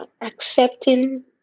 accepting